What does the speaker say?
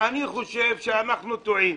אני חושב שאנחנו טועים.